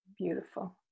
beautiful